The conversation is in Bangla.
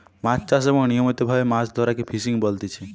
মাছ চাষ এবং নিয়মিত ভাবে মাছ ধরাকে ফিসিং বলতিচ্ছে